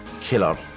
killer